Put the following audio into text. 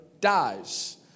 dies